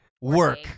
work